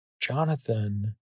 jonathan